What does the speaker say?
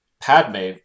Padme